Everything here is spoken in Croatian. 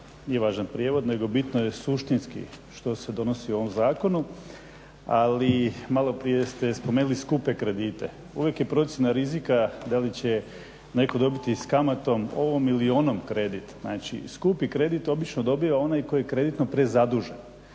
nije važan prijevod nego bitno je suštinski što se donosi u ovom zakonu. Ali malo prije ste spomenuli skupe kredite. Uvijek je procjena rizika da li će netko dobiti sa kamatom ovom ili onom kredit. Znači, skupi kredit obično dobiva onaj koji je kreditno prezadužen.